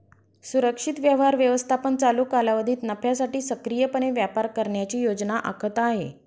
सुरक्षित व्यवहार व्यवस्थापन चालू कालावधीत नफ्यासाठी सक्रियपणे व्यापार करण्याची योजना आखत आहे